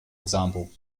example